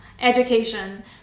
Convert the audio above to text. education